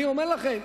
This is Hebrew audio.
אני אומר לכם,